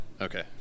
Okay